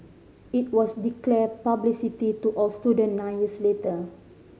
it was declared publicly to all student nine years later